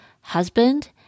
husband